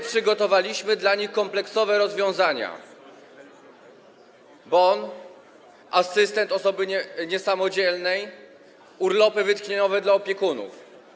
Przygotowaliśmy dla nich kompleksowe rozwiązania, takie jak bon, asystent osoby niesamodzielnej, urlopy wytchnieniowe dla opiekunów.